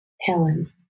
Helen